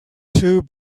two